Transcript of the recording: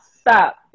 stop